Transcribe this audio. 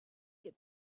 get